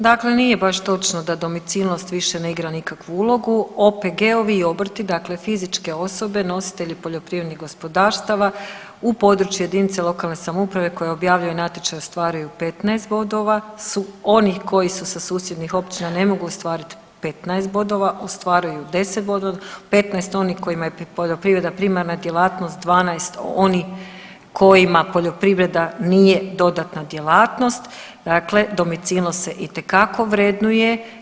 Dakle, nije baš točno da domicilnost više ne igra nikakvu ulogu, OPG-ovi i obrti dakle fizičke osobe nositelji poljoprivrednih gospodarstava u području jedinice lokalne samouprave koja objavljuje natječaj ostvaruju 15 bodova, oni koji su sa susjednih općina ne mogu ostvarit 15 bodova, ostvaruju 10 bodova, 15 oni kojima je poljoprivreda primarna djelatnost, 12 oni kojima poljoprivreda nije dodatna djelatnost, dakle domicilnost se itekako vrednuje.